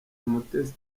umutesi